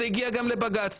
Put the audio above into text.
זה הגיע גם לבג"ץ.